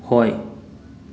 ꯍꯣꯏ